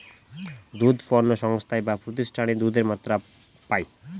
দুধ পণ্য সংস্থায় বা প্রতিষ্ঠানে দুধের মাত্রা পায়